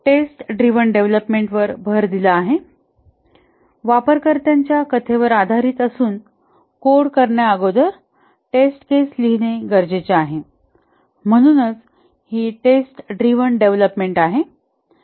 taste driven development वर भर दिला आहे वापरकर्त्याच्या कथेवर आधारित असून कोड करण्या अगोदर टेस्ट केस लिहिणे गरजेचे आहे म्हणूनच हि टेस्ट ड्रिव्हन डेव्हलपमेंट आहे